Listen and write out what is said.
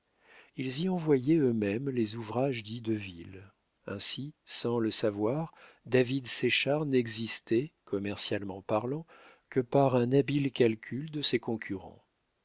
ils y envoyaient eux-mêmes les ouvrages dits de ville ainsi sans le savoir david séchard n'existait commercialement parlant que par un habile calcul de ses concurrents